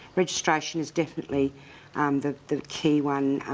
registration is definitely um the the key one,